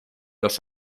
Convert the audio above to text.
los